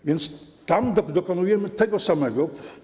A więc tam dokonujemy tego samego.